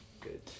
Good